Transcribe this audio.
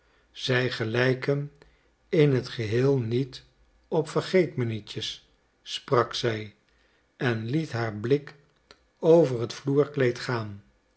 zij gelijken in t geheel niet op vergeet-mij-nietjes sprak zij en liet haar blik over het vloerkleed gaan